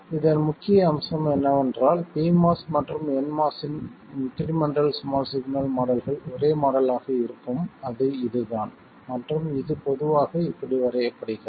இதன் முக்கிய அம்சம் என்னவென்றால் pMOS மற்றும் nMOS இன் இன்க்ரிமெண்டல் ஸ்மால் சிக்னல் மாடல்கள் ஒரே மாடல் ஆக இருக்கும் அது இதுதான் மற்றும் இது பொதுவாக இப்படி வரையப்படுகிறது